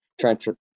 transfer